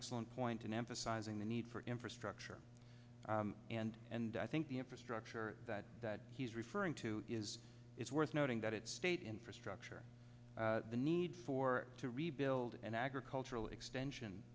excellent point in emphasising the need for infrastructure and and i think the infrastructure that that he's referring to is it's worth noting that it's state infrastructure the need for to rebuild an agricultural extension